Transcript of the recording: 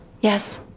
Yes